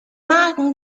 magen